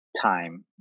time